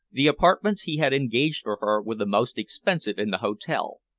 the apartments he had engaged for her were the most expensive in the hotel,